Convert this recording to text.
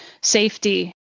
safety